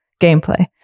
gameplay